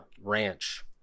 ranch